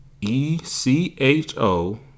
e-c-h-o